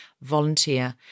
volunteer